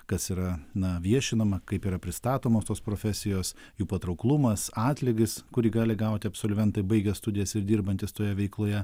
kas yra na viešinama kaip yra pristatomos tos profesijos jų patrauklumas atlygis kurį gali gauti absolventai baigę studijas ir dirbantys toje veikloje